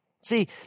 See